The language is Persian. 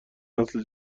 نسل